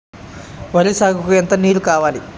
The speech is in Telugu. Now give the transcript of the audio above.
వరి సాగుకు ఎంత నీరు కావాలి?